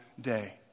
day